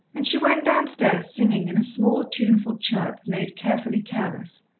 and she went downstairs singing in a small, tuneful chirp made carefully careless.